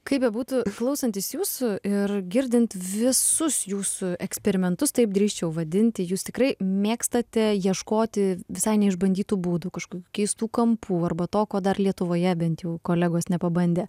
kaip bebūtų klausantis jūsų ir girdint visus jūsų eksperimentus taip drįsčiau vadinti jūs tikrai mėgstate ieškoti visai neišbandytų būdų kažkokių keistų kampų arba to ko dar lietuvoje bent jau kolegos nepabandė